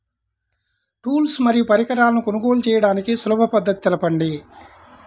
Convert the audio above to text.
Tools మరియు పరికరాలను కొనుగోలు చేయడానికి సులభ పద్దతి తెలపండి?